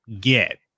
get